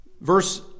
Verse